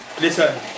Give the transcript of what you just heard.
listen